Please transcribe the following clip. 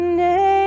name